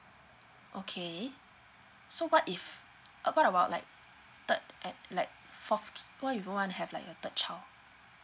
okay so what if uh what about like third at like fourth what if we wanna have like a third child